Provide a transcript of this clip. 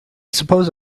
suppose